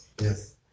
Yes